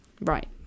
Right